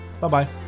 Bye-bye